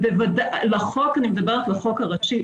ואני מדברת לחוק הראשי.